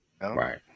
Right